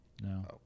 No